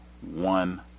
one